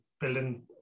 building